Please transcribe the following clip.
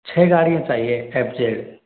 छ गाड़ियाँ चाहिए एफ़ जेड